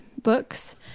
books